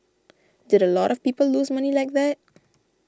did a lot of people lose money like that